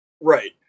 Right